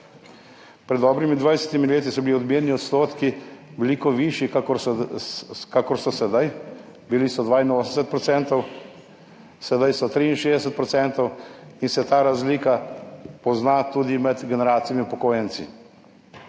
Pred dobrimi 20 leti so bili odmerni odstotki veliko višji, kakor so sedaj. Bili so 82 %, sedaj so 63 % procentov in se ta razlika pozna tudi med generacijami upokojenci.